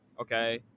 Okay